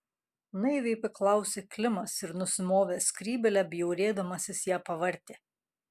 naiviai paklausė klimas ir nusimovęs skrybėlę bjaurėdamasis ją pavartė